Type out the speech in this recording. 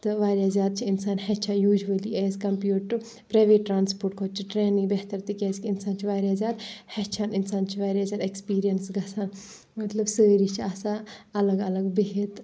تہٕ واریاہ زیادٕ چھِ اِنسان ہیٚچھان usually as compared to private transport کھۄتہٕ چھِ ٹرٛینٕے بہتَر تِکیٛازِ کہِ اِنسان چھُ واریاہ زیادٕ ہیٚچھان اِنسان چھُ واریاہ زیادٕ ایٚکٕسپیٖریَنٕس گَژھان مطلب سٲری چھِ آسان اَلَگ اَلَگ بِہِتھ